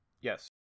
Yes